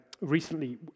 recently